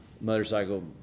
motorcycle